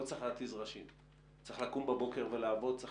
לא צריך להתיז ראשים, צריך לקום בבוקר ולעבודאם זה